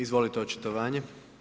Izvolite očitovanje.